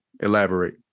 elaborate